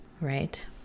right